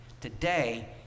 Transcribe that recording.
Today